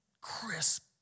crisp